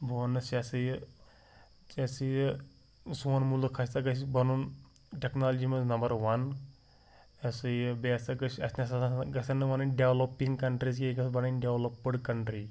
بہٕ وَنس یہِ ہَسا یہِ یہِ ہَسا یہِ سوٗن مُلک ہَسا گَژھہِ بَنُن ٹیٚکنالجی منٛز نمبر وَن یہِ ہَسا یہِ بیٚیہِ ہَسا گژھہِ اسہِ نَہ سا گژھیٚن نہٕ وَنٕنۍ ڈیٚولَپِنٛگ کَنٹرٛیٖز کیٚنٛہہ یہِ گژھہِ بَنٕنۍ ڈیٚولَپٕڈ کَنٹرٛی